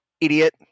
idiot